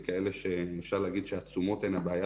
כאלה שאפשר להגיד שהתשומות זו הבעיה,